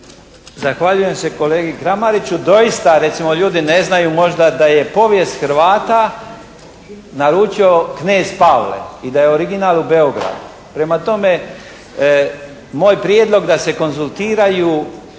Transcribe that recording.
Zahvaljujem se kolegi Kramariću. Doista recimo ljudi ne znaju možda da je povijest Hrvata naručio knez Pavle i da je original u Beogradu. Prema tome moj prijedlog da se konzultiraju